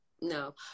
No